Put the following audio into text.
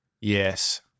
Yes